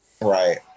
right